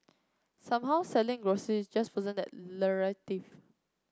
somehow selling groceries just wasn't that lucrative